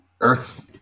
earth